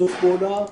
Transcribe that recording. בשיתוף פעולה.